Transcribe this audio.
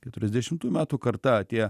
keturiasdešimtų metų karta tie